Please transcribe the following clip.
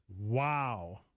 Wow